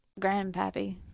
Grandpappy